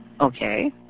Okay